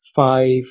five